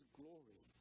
glory